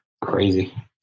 Crazy